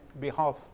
behalf